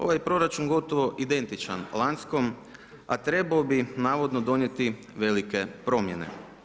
Ovaj proračun je gotovo identičan lanjskom, a trebao bi, navodno donijeti velike promjene.